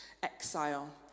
Exile